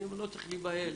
לא צריך להיבהל